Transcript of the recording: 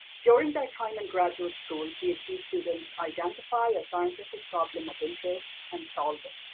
during their time in graduate school, and phd students identify a scientific problem of interest and solve it.